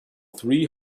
three